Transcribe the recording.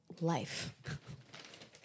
life